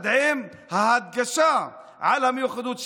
עם ההדגשה על המיוחדות שלנו.